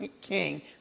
king